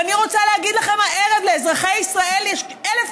ואני רוצה להגיד לכם הערב: לאזרחי ישראל יש אלף